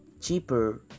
cheaper